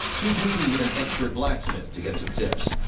he's meeting with an expert blacksmith to get some tips.